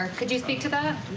um could you speak to that.